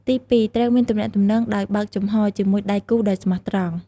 ទីពីរ ត្រូវមាន ទំនាក់ទំនងដោយបើកចំហរ ជាមួយដៃគូដោយស្មោះត្រង់។